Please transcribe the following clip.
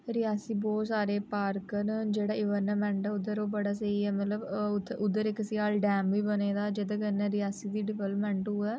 रियासी बोह्त सारे पार्क न जेह्ड़ा इन्वाइरन्मन्ट उद्धर ओह् बड़ा स्हेई ऐ मतलब उत्थ उद्धर इक सलाल डैम बी बने दा जेह्दे कन्नै रियासी दी डेवलपमेंट होऐ